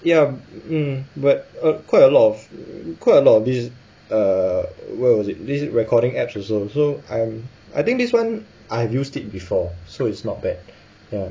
ya mm but uh quite a lot of quite a lot of these err where was it these recording apps also so I'm I think this one I've used it before so it's not bad ya